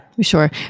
sure